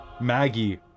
Maggie